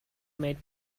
made